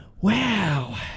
Wow